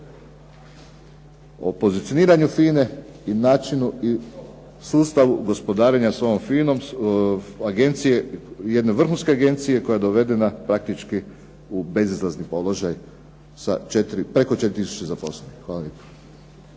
o pozicioniranju FINA-e i načinu i sustavu gospodarenja FINA-om, jedne vrhunske agencije koja je dovedena praktički u bezizlazni položaj sa preko 4 tisuće zaposlenih. Hvala